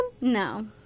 No